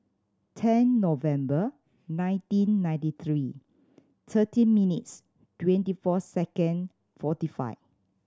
ten November nineteen ninety three thirteen minutes twenty four second forty five